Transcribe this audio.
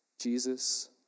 Jesus